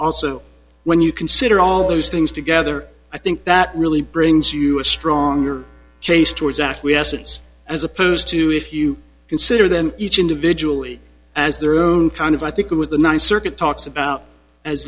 also when you consider all those things together i think that really brings you a stronger case towards acquiescence as opposed to if you consider them each individual as their own kind of i think it was the ninth circuit talks about as